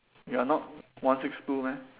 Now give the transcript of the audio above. you are not one six two meh